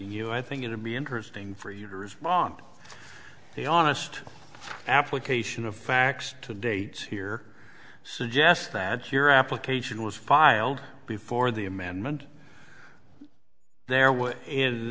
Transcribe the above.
you i think it would be interesting for years on the honest application of facts to date here suggest that your application was filed before the amendment there